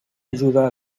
ajuda